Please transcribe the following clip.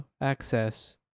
access